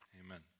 Amen